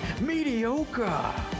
Mediocre